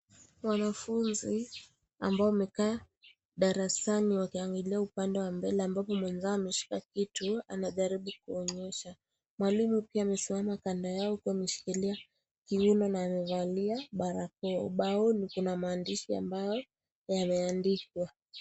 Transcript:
Wanafunzi ambao wamekaa darasani wakiangalia upande wa mbele, ambapo mwenzao ameshika kitu, anajaribu kuwaonyesha. Mwalimu pia amesimama kando yao, huku ameshikilia kiuno na amevalia barakoa. Ubaoni kuna maandishi ambayo yameandikwa.